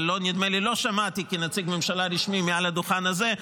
אבל נדמה לי שלא שמעתי אותה כנציג ממשלה רשמי מעל הדוכן הזה,